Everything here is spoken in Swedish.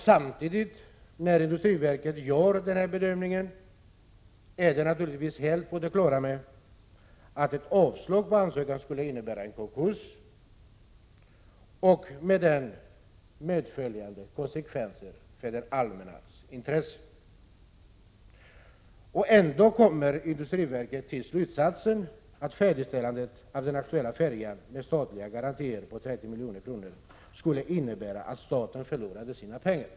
Samtidigt som industriverket gör denna bedömning är man naturligtvis helt på det klara med att ett avslag på ansökan skulle innebära en konkurs med därmed följande konsekvenser för det allmännas intresse. Ändå kommer industriverket till slutsatsen att färdigställandet av den aktuella färjan med statliga garantier på 30 milj.kr. skulle innebära att staten förlorade sina pengar!